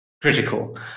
critical